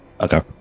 Okay